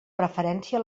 preferència